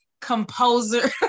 composer